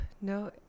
No